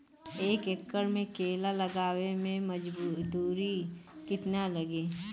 एक एकड़ में केला लगावे में मजदूरी कितना लागी?